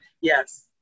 Yes